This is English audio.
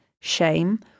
shame